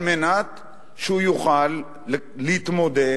על מנת שהוא יוכל להתמודד,